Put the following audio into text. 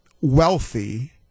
wealthy